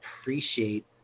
appreciate